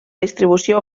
distribució